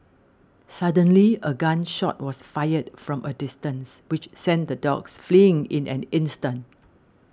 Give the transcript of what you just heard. suddenly a gun shot was fired from a distance which sent the dogs fleeing in an instant